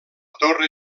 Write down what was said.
torre